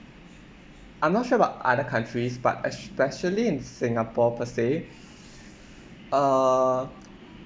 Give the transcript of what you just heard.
I'm not sure about other countries but especially in singapore per se uh